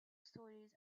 stories